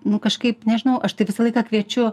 nu kažkaip nežinau aš tai visą laiką kviečiu